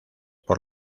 por